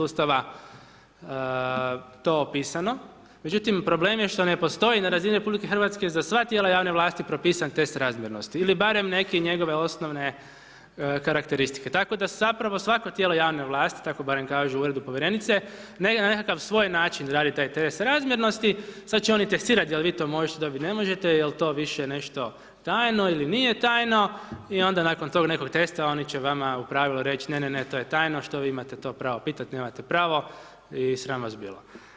Ustava to opisano, međutim problem je što ne postoji na razini RH za sva tijela javne vlasti propisan test razmjernosti ili barem neke njegove osnovne karakteristike, tako da zapravo svako tijelo javne vlasti tako barem kažu u uredu povjerenice negdje na nekakav svoj način rade taj test razmjernosti sad će oni testirati jel vi to možete dobiti ne možete, jel to više nešto tajno ili nije tajno i onda nakon tog nekog testa oni će vama u pravilu reći ne, ne, ne to je tajno što vi imate to pravo pitati, nemate pravo i sram vas bilo.